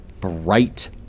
bright